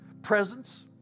presence